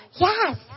Yes